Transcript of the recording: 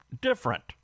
different